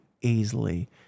easily